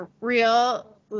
real